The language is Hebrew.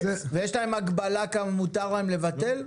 ויש להם הגבלה כמה מותר להם לבטל?